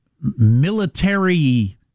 military